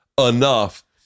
enough